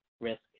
risk